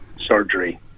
surgery